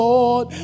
Lord